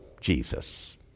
Jesus